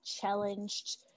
challenged